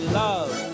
love